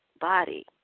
body